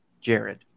Jared